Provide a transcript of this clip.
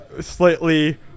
slightly